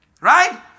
Right